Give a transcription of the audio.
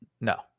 No